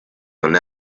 than